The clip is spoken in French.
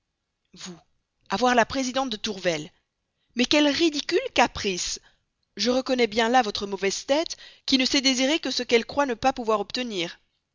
vous avoir la présidente tourvel mais quel ridicule caprice je reconnais bien là votre mauvaise tête qui ne sait désirer que ce qu'elle croit ne pouvoir pas obtenir